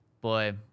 Boy